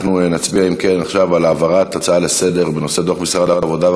אנחנו נצביע עכשיו על העברת ההצעה לסדר-היום בנושא: דוח משרד העבודה,